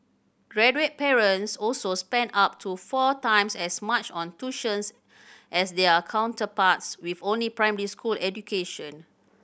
graduate parents also spent up to four times as much on tuitions as their counterparts with only primary school education